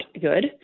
good